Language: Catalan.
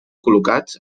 col·locats